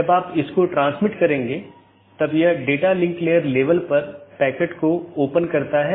तो इस तरह से मैनाजैबिलिटी बहुत हो सकती है या स्केलेबिलिटी सुगम हो जाती है